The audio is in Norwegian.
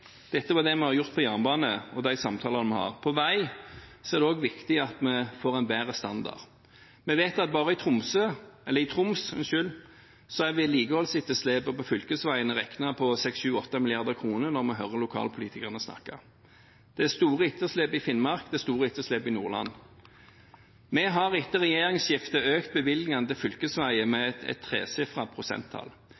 Dette er det vi har gjort på jernbane, og de samtalene vi har. På vei er det også viktig at vi får en bedre standard. Vi vet at bare i Troms er vedlikeholdsetterslepet på fylkesveiene beregnet til 6–8 mrd. kr når vi hører lokalpolitikerne snakke. Det er store etterslep i Finnmark, det er store etterslep i Nordland. Vi har etter regjeringsskiftet økt bevilgningene til fylkesveier med et tresifret prosenttall.